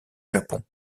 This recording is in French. japon